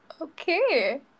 Okay